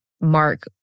Mark